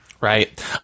Right